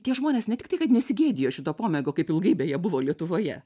tie žmonės ne tiktai kad nesigėdijo šito pomėgio kaip ilgai beje buvo lietuvoje